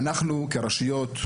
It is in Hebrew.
אנחנו כרשויות,